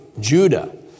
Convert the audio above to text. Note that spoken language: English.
Judah